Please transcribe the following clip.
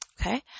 Okay